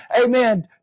amen